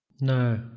no